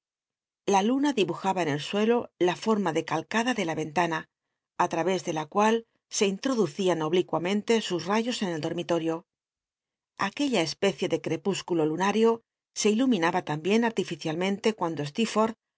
la luna dibujaba en el suelo la forma decalcada de la en lana i lra és de la cual e introd ucían oblicuam ente sns rayos en el dormitorio aquella especie de crcpt'rscnl o lunario se iluminaba tambirn artificialmente cuando